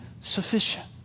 sufficient